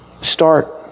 start